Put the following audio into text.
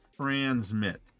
transmit